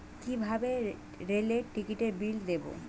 কিভাবে রেলের টিকিটের বিল দেবো?